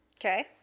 Okay